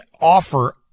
offer